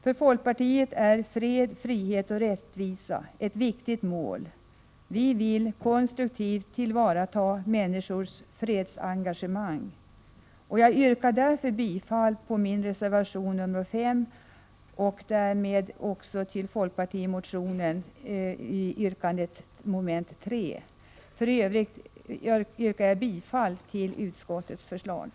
För folkpartiet är fred, frihet och rättvisa ett viktigt mål. Vi vill konstruktivt tillvarata människors fredsengagemang. Jag yrkar därför bifall till min reservation nr 5, vilket innebär bifall till folkpartimotionen 1262 yrkande 3. I övrigt yrkar jag bifall till utskottets hemställan.